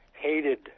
hated